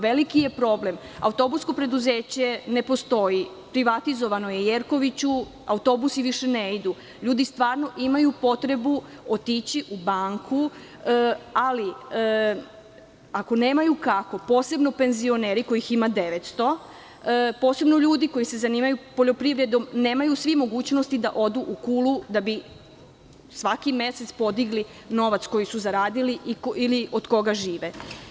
Veliki je problem, autobusko preduzeće ne postoji, privatizovano je Jerkoviću, autobusi više ne idu, ljudi stvarno imaju potrebu otići u banku, ali, ako nemaju kako, posebno penzioneri kojih ima 900, posebno ljudi koji se zanimaju poljoprivredom nemaju svi mogućnosti da odu u Kulu da bi svaki mesec podigli novac koji su zaradili ili od koga žive.